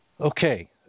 okay